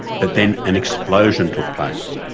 but then an explosion took place,